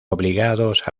obligados